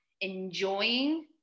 enjoying